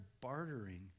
bartering